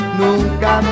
nunca